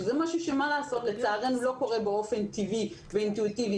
שזה משהו שלצערנו לא קורה באופן טבעי ואינטואיטיבי.